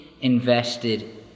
invested